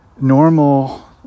normal